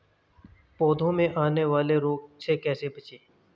पौधों में आने वाले रोग से कैसे बचें?